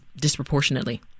disproportionately